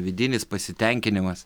vidinis pasitenkinimas